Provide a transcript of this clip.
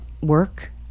work